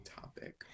topic